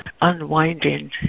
unwinding